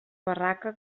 barraca